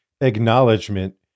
acknowledgement